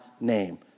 name